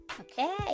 okay